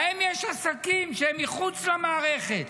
להם יש עסקים שהם מחוץ למערכת,